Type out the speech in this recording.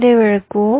இதை விளக்குவோம்